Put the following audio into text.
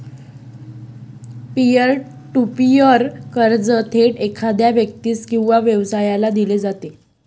pier to peer कर्ज थेट एखाद्या व्यक्तीस किंवा व्यवसायाला दिले जाते